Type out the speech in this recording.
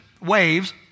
waves